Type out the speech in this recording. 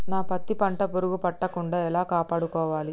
నా పత్తి పంట పురుగు పట్టకుండా ఎలా కాపాడుకోవాలి?